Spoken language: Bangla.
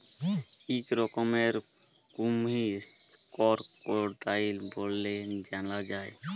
ইক রকমের কুমহির করকোডাইল ব্যলে জালা যায়